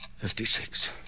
Fifty-six